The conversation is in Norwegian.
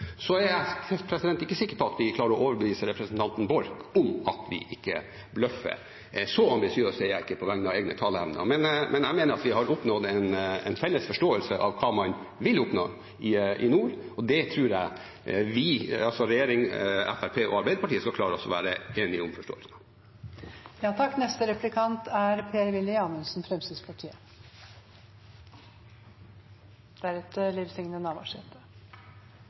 Så er jeg ikke sikker på at vi klarer å overbevise representanten Borch om at vi ikke bløffer, så ambisiøs er jeg ikke på vegne av egne taleevner, men jeg mener at vi har oppnådd en felles forståelse av hva man vil oppnå i nord, og jeg tror at vi, altså regjeringen, Fremskrittspartiet og Arbeiderpartiet, skal klare å være enige om